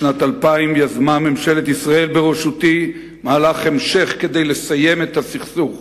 בשנת 2000 יזמה ממשלת ישראל בראשותי מהלך המשך כדי לסיים את הסכסוך,